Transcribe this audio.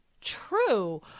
true